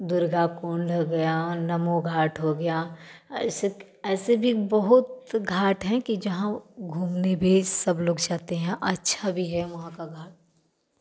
दुर्गा कुण्ड हो गया नमो घाट हो गया ऐसे क ऐसे भी बहुत घाट हैं कि जहाँ घूमने भी सब लोग जाते हैं अच्छा भी है वहाँ का घाट